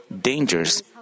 dangers